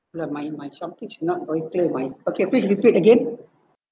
my my something is not very clear my okay please repeat again